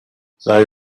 they